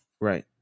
right